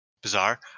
bizarre